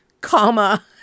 comma